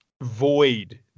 void